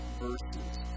verses